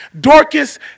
Dorcas